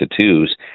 twos